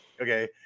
okay